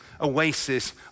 oasis